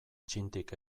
txintik